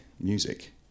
music